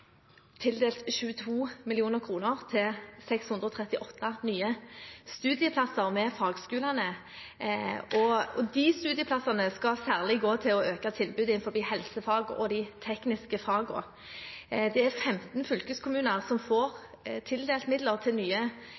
tildelt 22 mill. kr til 638 nye studieplasser ved fagskolene, og de studieplassene skal særlig gå til å øke tilbudet innenfor helsefag og de tekniske fagene. Det er 15 fylkeskommuner som får tildelt midler til nye